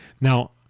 Now